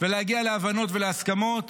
ולהגיע להבנות ולהסכמות,